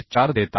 4 देत आहे